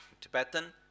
Tibetan